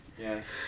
yes